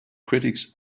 critics